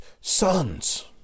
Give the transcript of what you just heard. sons